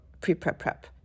pre-prep-prep